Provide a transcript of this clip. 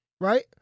Right